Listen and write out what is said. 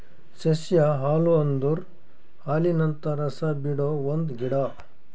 ಸಸ್ಯ ಹಾಲು ಅಂದುರ್ ಹಾಲಿನಂತ ರಸ ಬಿಡೊ ಒಂದ್ ಗಿಡ